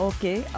Okay